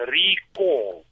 recall